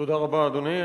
תודה רבה, אדוני.